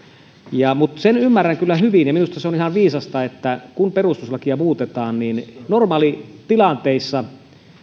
mutta sen ymmärrän kyllä hyvin ja minusta se on ihan viisasta että kun perustuslakia muutetaan niin normaalitilanteissa